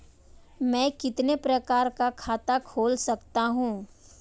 मैं कितने प्रकार का खाता खोल सकता हूँ?